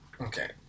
okay